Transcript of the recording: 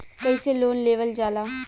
कैसे लोन लेवल जाला?